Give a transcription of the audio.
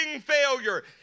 failure